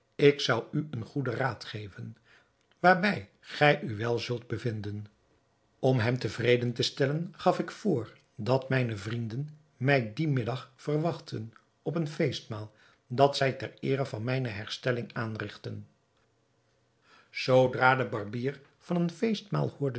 ik zou u een goeden raad geven waarbij gij u wel zult bevinden om hem tevreden te stellen gaf ik voor dat mijne vrienden mij dien middag verwachtten op een feestmaal dat zij ter eere van mijne herstelling aanrigtten zoodra de barbier van een